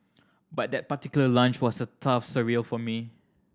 but that particular lunch was a tough surreal for me